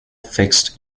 fixed